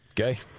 Okay